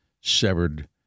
severed